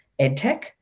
EdTech